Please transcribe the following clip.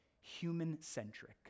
human-centric